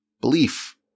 belief